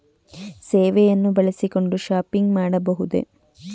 ಸೇವೆಯನ್ನು ಬಳಸಿಕೊಂಡು ಶಾಪಿಂಗ್ ಮಾಡಬಹುದೇ?